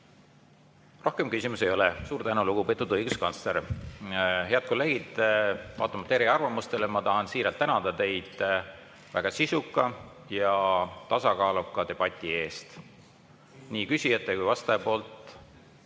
Rohkem küsimusi ei ole. Suur tänu, lugupeetud õiguskantsler! Head kolleegid, vaatamata eri arvamustele, ma tahan teid siiralt tänada väga sisuka ja tasakaaluka debati eest, nii küsijate kui vastaja poolt